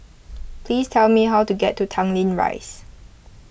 please tell me how to get to Tanglin Rise